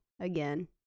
again